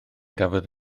gafodd